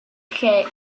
lle